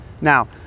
Now